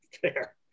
Fair